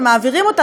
ומעבירים אותה,